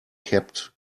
kept